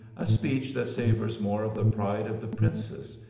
a speech that savours more of the pride of the princess,